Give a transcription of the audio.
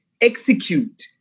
execute